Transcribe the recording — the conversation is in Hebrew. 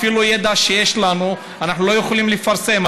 אפילו ידע שיש לנו אנחנו לא יכולים לפרסם.